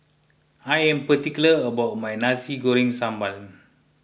I am particular about my Nasi Goreng Sambal